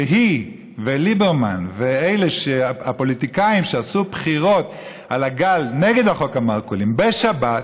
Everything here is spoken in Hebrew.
היא וליברמן והפוליטיקאים שעשו בחירות על הגל נגד חוק המרכולים בשבת.